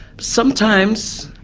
sometimes,